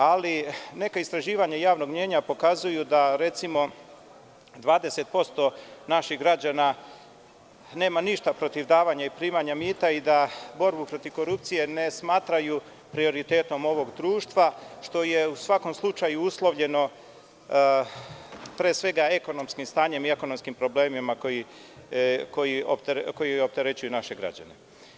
Ali, neka istraživanja javnog mnjenja pokazuju da, recimo, 20% naših građana nema ništa protiv davanja i primanja mita i da borbu protiv korupcije ne smatraju prioritetom ovog društva što je u svakom slučaju uslovljeno pre svega ekonomskim stanjem i ekonomskim problemima koji opterećuju naše građane.